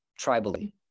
tribally